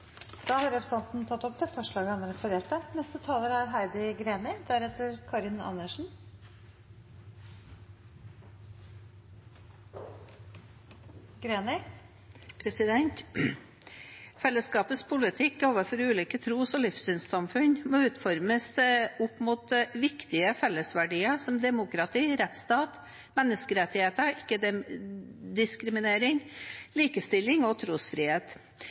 tatt opp det forslaget han refererte til. Fellesskapets politikk overfor ulike tros- og livssynssamfunn må utformes opp mot viktige fellesverdier som demokrati, rettsstat, menneskerettigheter, ikke-diskriminering, likestilling og trosfrihet.